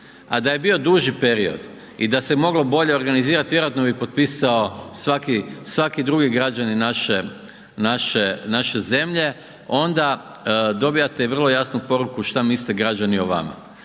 a da je bio duži period i da se moglo bolje organizirati vjerojatno bi potpisao svaki drugi građanin naše zemlje. Onda dobivate i vrlo jasnu poruku šta misle građani o vama.